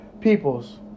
peoples